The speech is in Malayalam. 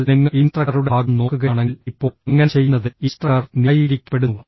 എന്നാൽ നിങ്ങൾ ഇൻസ്ട്രക്ടറുടെ ഭാഗം നോക്കുകയാണെങ്കിൽ ഇപ്പോൾ അങ്ങനെ ചെയ്യുന്നതിൽ ഇൻസ്ട്രക്ടർ ന്യായീകരിക്കപ്പെടുന്നു